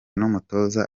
n’umutoza